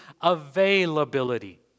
availability